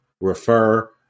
refer